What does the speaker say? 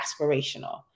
aspirational